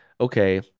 okay